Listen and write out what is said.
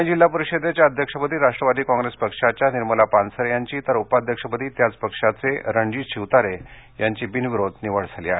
पुणे जि प पुणे जिल्हा परिषदेच्या अध्यक्षपदी राष्ट्रवादी काँग्रेस पक्षाच्या निर्मला पानसरे यांची तर उपाध्यक्षपदी त्याच पक्षाचे रणजित शिवतारे यांची बिनविरोध निवड झाली आहे